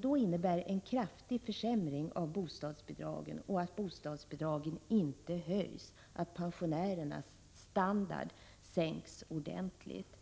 Då innebär en kraftig försämring av bostadsbidragen och att bostadsbidragen inte höjs att pensionärernas standard sänks ordentligt.